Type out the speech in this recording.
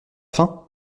faim